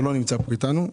שלא נמצא פה איתנו.